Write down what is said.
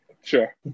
Sure